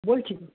বলছি তো